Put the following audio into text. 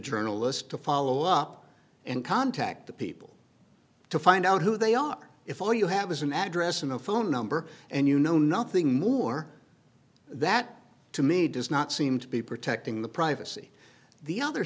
journalist to follow up and contact the people to find out who they are if all you have is an address and phone number and you know nothing more that to me does not seem to be protecting the privacy the other